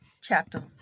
chapter